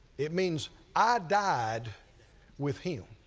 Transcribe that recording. it means i died with him.